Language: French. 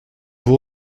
vous